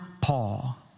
Paul